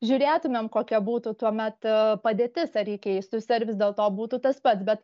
žiūrėtumėm kokia būtų tuomet padėtis ar ji keistųsi ar vis dėlto būtų tas pats bet